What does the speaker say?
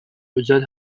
özel